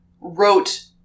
wrote